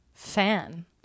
Fan